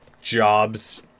jobs